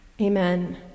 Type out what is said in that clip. Amen